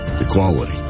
equality